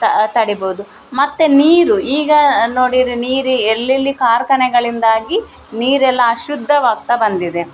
ತ ತಡೀಬೋದು ಮತ್ತು ನೀರು ಈಗ ನೋಡಿರಿ ನೀರು ಎಲ್ಲೆಲ್ಲಿ ಕಾರ್ಖಾನೆಗಳಿಂದಾಗಿ ನೀರೆಲ್ಲ ಅಶುದ್ಧವಾಗ್ತಾ ಬಂದಿದೆ